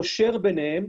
קושר ביניהם,